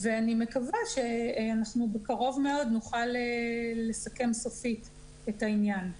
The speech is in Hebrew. ואני מקווה שאנחנו בקרוב מאוד נוכל לסכם סופית את העניין.